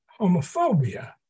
homophobia